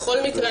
בכל מקרה,